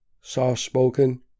soft-spoken